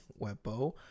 webbo